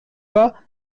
pas